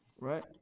right